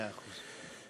מאה אחוז.